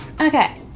Okay